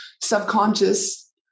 subconscious